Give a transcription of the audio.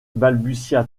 balbutia